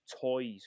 toys